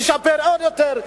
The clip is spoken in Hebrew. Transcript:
לשפר עוד יותר.